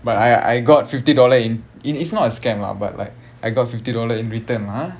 but I I got fifty dollar in it it's not a scam lah but like I got fifty dollars in return lah ah